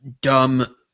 dumb